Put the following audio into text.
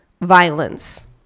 violence